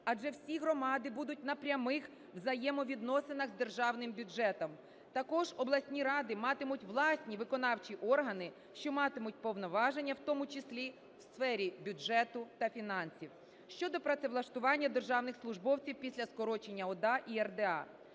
адже всі громади будуть на прямих взаємовідносинах з державним бюджетом. Також обласні ради матимуть власні виконавчі органи, що матимуть повноваження, в тому числі у сфері бюджету та фінансів. Щодо працевлаштування державних службовців після скорочення ОДА і РДА.